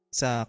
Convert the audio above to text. sa